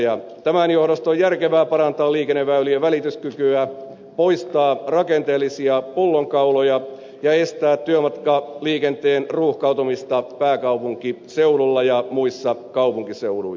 tämän johdosta on järkevää parantaa liikenneväylien välityskykyä poistaa rakenteellisia pullonkauloja ja estää työmatkaliikenteen ruuhkautumista pääkaupunkiseudulla ja muilla kaupunkiseuduilla